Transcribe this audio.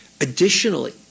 Additionally